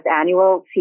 annual